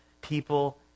people